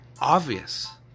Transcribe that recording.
obvious